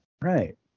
Right